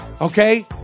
okay